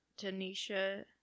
Tanisha